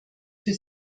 für